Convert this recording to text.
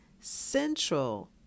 central